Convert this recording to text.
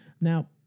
Now